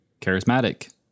charismatic